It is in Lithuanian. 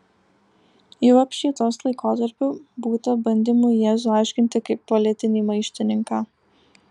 jau apšvietos laikotarpiu būta bandymų jėzų aiškinti kaip politinį maištininką